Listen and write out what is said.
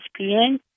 ESPN